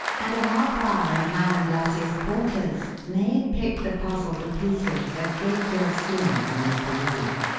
and a half hour in highland lassie's quarters may pick the puzzle to pieces a great deal sooner than you'd believe.